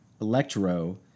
Electro